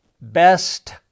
best